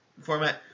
format